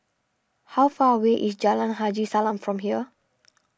how far away is Jalan Haji Salam from here